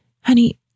Honey